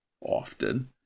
often